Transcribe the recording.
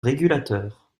régulateur